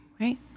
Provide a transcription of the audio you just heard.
Right